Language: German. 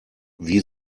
wie